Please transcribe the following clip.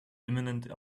imminent